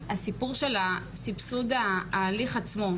הסיפור של סבסוד ההליך עצמו.